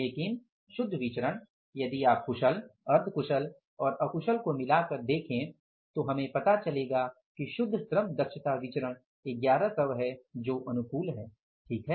लेकिन शुद्ध विचरण यदि आप कुशल अर्ध कुशल और अकुशल को मिलाकर देखें तो हमें पता चलेगा कि शुद्ध श्रम दक्षता विचरण 1100 है जो अनुकूल है सही है